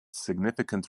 significant